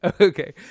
Okay